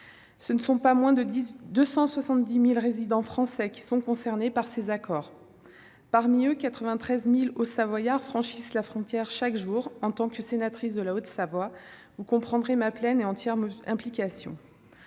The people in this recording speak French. Ce sont pas moins de 270 000 résidents français qui sont concernés par ces accords. Parmi eux, 93 000 Hauts-Savoyards franchissent la frontière chaque jour. Vous comprendrez ma pleine et entière implication